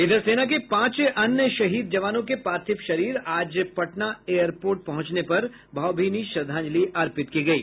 इधर सेना के पांच अन्य शहीद जवानों के पार्थिव शरीर आज पटना एयरपोर्ट पहुंचने पर भावभीनी श्रद्धांजलि अर्पित की गयी